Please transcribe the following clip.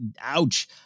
ouch